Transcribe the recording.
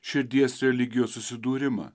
širdies religijos susidūrimą